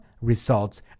results